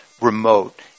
remote